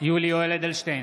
יולי יואל אדלשטיין,